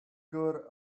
good